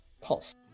Pulse